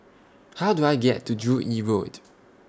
How Do I get to Joo Yee Road